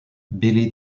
billy